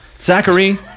Zachary